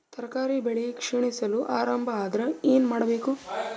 ತರಕಾರಿ ಬೆಳಿ ಕ್ಷೀಣಿಸಲು ಆರಂಭ ಆದ್ರ ಏನ ಮಾಡಬೇಕು?